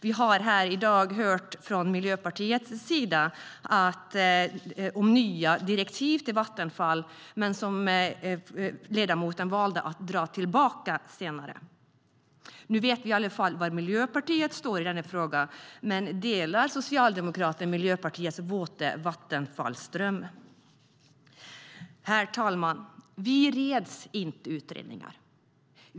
Vi har i dag från Miljöpartiets sida hört om nya direktiv till Vattenfall, men ledamoten valde senare att ta tillbaka det. Nu vet vi i alla fall var Miljöpartiet står i denna fråga. Delar Socialdemokraterna Miljöpartiets våta Vattenfallsdröm? Herr talman! Vi räds inte utredningar.